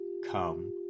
Come